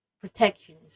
protections